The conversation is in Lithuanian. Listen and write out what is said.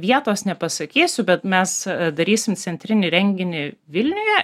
vietos nepasakysiu bet mes darysim centrinį renginį vilniuje